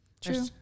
True